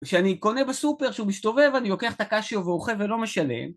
כשאני קונה בסופר שהוא מסתובב אני לוקח את הקשיו ואוכל ולא משלם